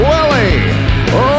Willie